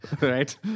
right